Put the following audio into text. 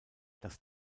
dass